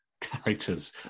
characters